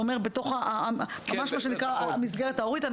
מה שאומר שזה בתוך המסגרת ההורית.